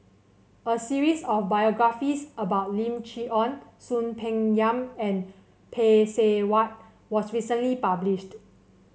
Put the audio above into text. a series of biographies about Lim Chee Onn Soon Peng Yam and Phay Seng Whatt was recently published